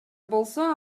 болсо